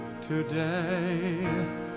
Today